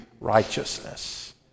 righteousness